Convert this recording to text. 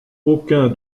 aucun